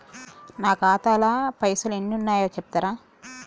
నా ఖాతా లా పైసల్ ఎన్ని ఉన్నాయో చెప్తరా?